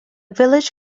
village